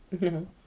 no